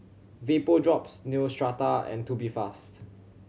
Vapodrops Neostrata and Tubifast